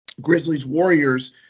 Grizzlies-Warriors